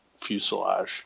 fuselage